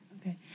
okay